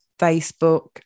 facebook